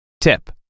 Tip